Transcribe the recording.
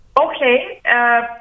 Okay